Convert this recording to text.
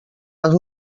les